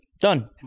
Done